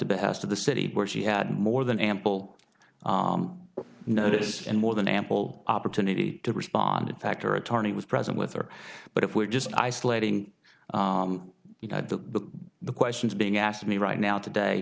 behest of the city where she had more than ample notice and more than ample opportunity to respond in fact her attorney was present with her but if we're just isolating with the questions being asked of me right now today